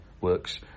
works